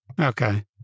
Okay